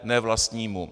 Ne vlastnímu.